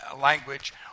language